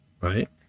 right